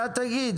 אתה תגיד,